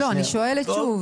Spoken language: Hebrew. לא, אז אני שואלת שוב.